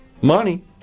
money